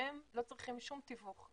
והם לא צריכים שום תיווך,